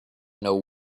know